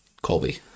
Colby